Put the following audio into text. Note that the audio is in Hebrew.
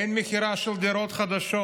אין מכירה של דירות חדשות.